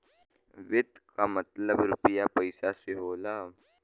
वित्त क मतलब रुपिया पइसा से होला